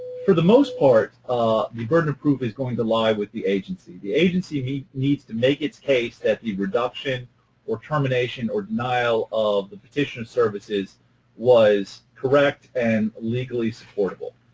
for the most part, ah the burden of proof is going to lie with the agency. the agency needs to make its case that the reduction or termination or denial of the petitioner's services was correct and legally supportable.